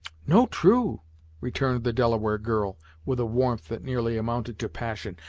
no true returned the delaware girl, with a warmth that nearly amounted to passion.